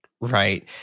Right